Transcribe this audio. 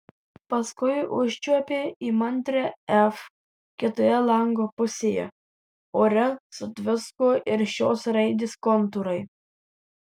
paskui užčiuopė įmantrią f kitoje lango pusėje ore sutvisko ir šios raidės kontūrai